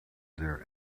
their